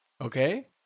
Okay